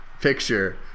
picture